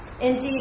Indeed